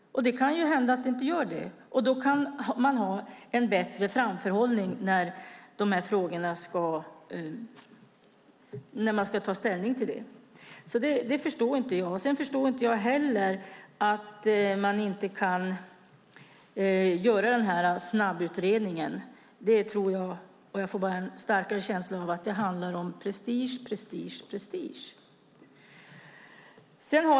Det kan hända att det inte gör det, och då kan man ha en bättre framförhållning när man ska ta ställning till frågorna. Jag förstår inte detta. Jag förstår inte heller att man inte kan göra en snabbutredning. Jag får bara en starkare känsla av att det handlar om prestige, prestige och prestige.